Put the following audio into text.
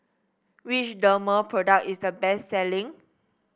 which Dermale product is the best selling